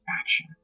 action